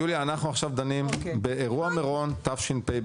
יוליה, אנחנו עכשיו דנים באירוע מירון תשפ"ב.